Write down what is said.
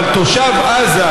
אבל תושב עזה,